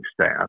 staff